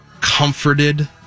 comforted